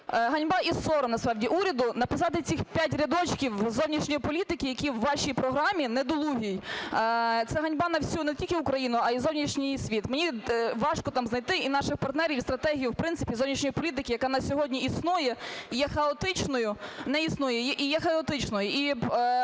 ганьба, і сором насправді уряду – написати цих 5 рядочків зовнішньої політики, які у вашій програмі недолугій. Це ганьба на всю не тільки Україну, а й зовнішній світ. Мені важко там знайти і наших партнерів, і стратегію в принципі зовнішньої політики, яка на сьогодні існує і є хаотичною… не існує і є хаотичною.